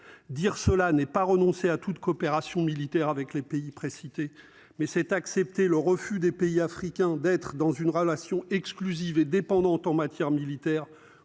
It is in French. dire cela n'est pas renoncer à toute coopération militaire avec les pays précités. Mais c'est accepter le refus des pays africains d'être dans une relation exclusive et dépendante en matière militaire,